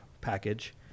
package